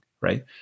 right